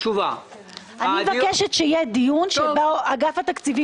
אני מבקשת שיהיה דיון שבו אגף התקציבים